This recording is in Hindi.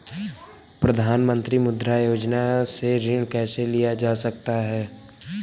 प्रधानमंत्री मुद्रा योजना से ऋण कैसे लिया जा सकता है?